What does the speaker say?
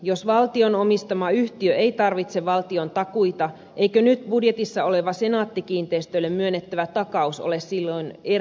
jos valtion omistama yhtiö ei tarvitse valtiontakuita eikö nyt budjetissa oleva senaatti kiinteistöille myönnettävä takaus ole silloin erhepykälä